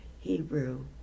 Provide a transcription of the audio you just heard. Hebrew